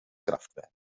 kraftwerk